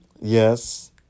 Yes